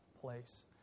place